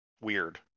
weird